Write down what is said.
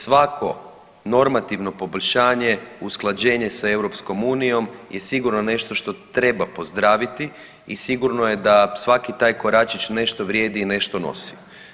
Svako normativno poboljšanje, usklađenje sa EU je sigurno nešto što treba pozdraviti i sigurno je da svaki taj koračić nešto vrijedi i nešto nosi.